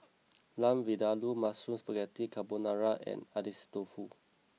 Lamb Vindaloo Mushroom Spaghetti Carbonara and Agedashi Dofu